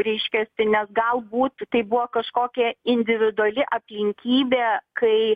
reiškiasi nes galbūt tai buvo kažkokia individuali aplinkybė kai